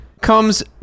comes